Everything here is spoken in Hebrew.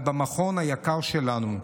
במכון היקר שלנו,